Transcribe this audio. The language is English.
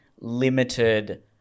limited